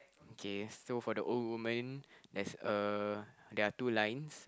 K so for the old woman there's a there are two lines